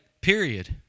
period